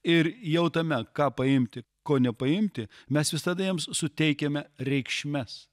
ir jau tame ką paimti ko nepaimti mes visada jiems suteikiame reikšmes